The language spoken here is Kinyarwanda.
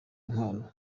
intwaro